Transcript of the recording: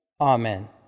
Amen